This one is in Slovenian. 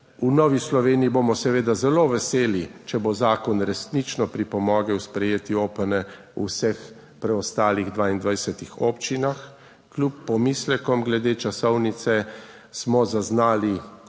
V Novi Sloveniji bomo seveda zelo veseli, če bo zakon resnično pripomogel sprejeti OPN v vseh preostalih 22 občinah. Kljub pomislekom glede časovnice smo zaznali